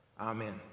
Amen